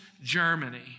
Germany